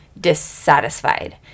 dissatisfied